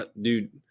Dude